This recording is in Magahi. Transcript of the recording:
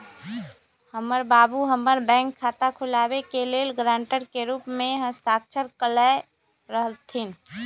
हमर बाबू हमर बैंक खता खुलाबे के लेल गरांटर के रूप में हस्ताक्षर कयले रहथिन